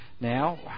now